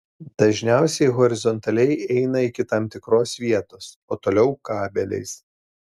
dažniausiai horizontaliai eina iki tam tikros vietos o toliau kabeliais